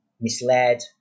misled